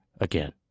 again